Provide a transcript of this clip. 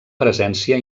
presència